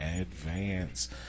advance